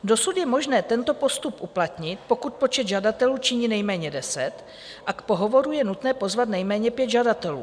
Dosud je možné tento postup uplatnit, pokud počet žadatelů činí nejméně deset a k pohovoru je nutné pozvat nejméně pět žadatelů.